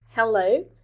Hello